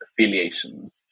affiliations